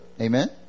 Amen